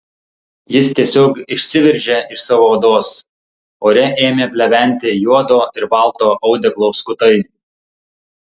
jis tiesiog išsiveržė iš savo odos ore ėmė pleventi juodo ir balto audeklo skutai